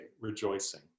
rejoicing